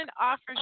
offers